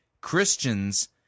Christians